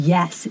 Yes